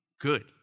good